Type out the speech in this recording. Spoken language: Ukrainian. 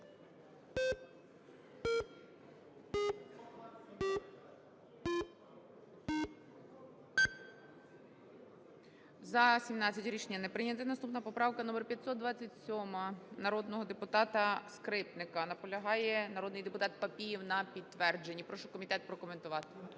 За-17 Рішення не прийнято. Наступна поправка - номер 527, народного депутата Скрипника. Наполягає народний депутатПапієв на підтвердженні. Прошу комітет прокоментувати.